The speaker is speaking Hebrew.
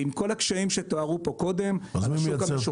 עם כל הקשיים שתוארו כאן קודם --- אז מי מייצר?